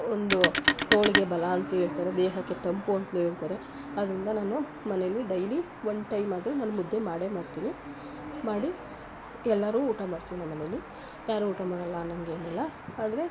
ಒಂದು ತೋಳಿಗೆ ಬಲ ಅಂತ ಹೇಳ್ತಾರೆ ದೇಹಕ್ಕೆ ತಂಪು ಅಂತಲೂ ಹೇಳ್ತಾರೆ ಆದ್ದರಿಂದ ನಾನು ಮನೆಯಲ್ಲಿ ಡೈಲಿ ಒನ್ ಟೈಮ್ ಆದರೂ ನಾನು ಮುದ್ದೆ ಮಾಡೇ ಮಾಡ್ತೀನಿ ಮಾಡಿ ಎಲ್ಲರೂ ಊಟ ಮಾಡ್ತೀವಿ ನಮ್ಮನೇಲಿ ಯಾರೂ ಊಟ ಮಾಡಲ್ಲ ಅನ್ನೋಂಗೇನಿಲ್ಲ ಆದರೆ